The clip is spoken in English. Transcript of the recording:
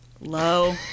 low